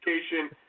education